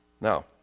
Now